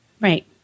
Right